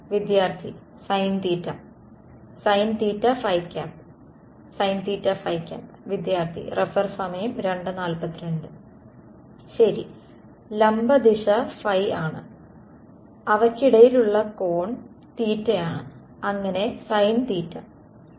വിദ്യാർത്ഥി sine θ sin θ sin θ sine θ ശരി ലംബ ദിശ ϕ ആണ് അവയ്ക്കിടയിലുള്ള കോൺ θ ആണ് അങ്ങനെ സൈൻ θ sin θ